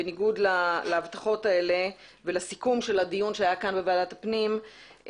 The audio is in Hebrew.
בניגוד להבטחות הללו ולסיכום שהיה כאן בוועדת הפנים,